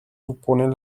supone